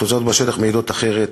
התוצאות בשטח מעידות אחרת,